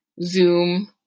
Zoom